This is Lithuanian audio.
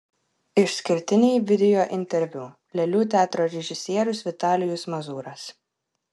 išskirtiniai videointerviu lėlių teatro režisierius vitalijus mazūras